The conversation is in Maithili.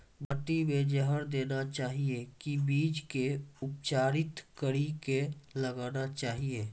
माटी मे जहर देना चाहिए की बीज के उपचारित कड़ी के लगाना चाहिए?